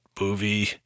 movie